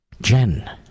Jen